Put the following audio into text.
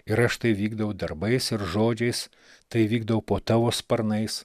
ir aš tai vykdau darbais ir žodžiais tai vykdau po tavo sparnais